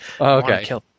Okay